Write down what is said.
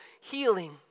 healing